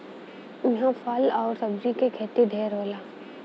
इहां फल आउर सब्जी के खेती ढेर होला